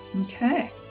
okay